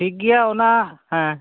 ᱴᱷᱤᱠ ᱜᱮᱭᱟ ᱚᱱᱟ ᱦᱮᱸ